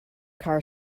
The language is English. car